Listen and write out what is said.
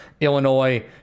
Illinois